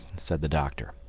said the doctor,